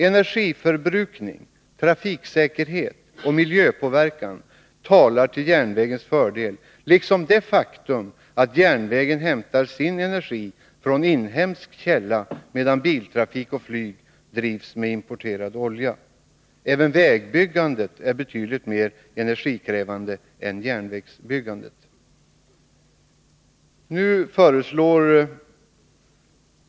Energiförbrukning, trafiksäkerhet och miljöpåverkan talar till järnvägens fördel liksom det faktum att järnvägen hämtar sin energi från inhemsk källa, medan biltrafik och flyg drivs med importerad olja. Även vägbyggandet är betydligt mer energikrävande än järnvägsbyggandet.